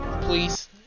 please